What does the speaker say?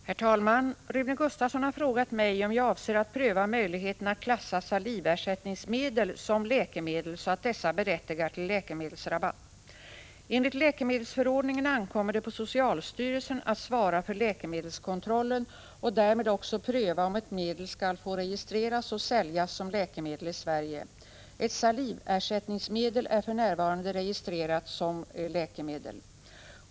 Herr talman! Rune Gustavsson har frågat mig om jag avser att pröva möjligheten att klassa saliversättningsmedel som läkemedel, så att dessa berättigar till läkemedelsrabatt. Enligt läkemedelsförordningen ankommer det på socialstyrelsen att svara för läkemedelskontrollen och därmed också pröva om ett medel skall få registreras och säljas som läkemedel i Sverige. Ett saliversättningsmedel är för närvarande registrerat som läkemedel.